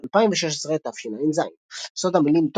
2016 תשע"ז סוד המילים,